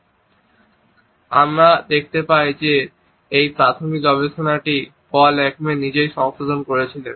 কিন্তু আমরা দেখতে পাই যে এই প্রাথমিক গবেষণাটি পল একম্যান নিজেই সংশোধন করেছিলেন